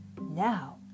Now